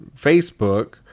Facebook